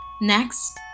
Next